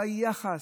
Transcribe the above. ביחס,